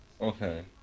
Okay